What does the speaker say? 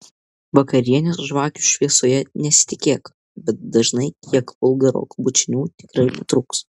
vakarienės žvakių šviesoje nesitikėk bet dažnai kiek vulgarokų bučinių tikrai netrūks